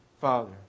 Father